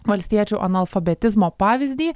valstiečių analfabetizmo pavyzdį